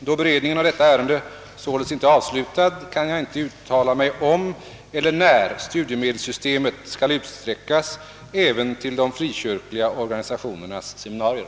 Då beredningen av detta ärende således inte är avslutad, kan jag inte uttala mig om eller när studiemedelssystemet skall utsträckas även till de frikyrkliga organisationernas seminarier.